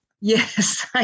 Yes